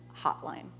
Hotline